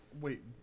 Wait